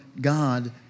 God